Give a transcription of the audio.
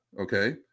okay